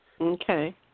Okay